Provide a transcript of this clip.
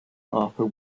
arthur